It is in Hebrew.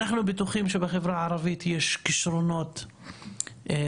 אנחנו בטוחים שבחברה הערבית יש כישרונות מצוינים,